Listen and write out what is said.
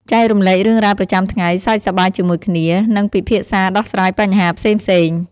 ចែករំលែករឿងរ៉ាវប្រចាំថ្ងៃ សើចសប្បាយជាមួយគ្នា និងពិភាក្សាដោះស្រាយបញ្ហាផ្សេងៗ ។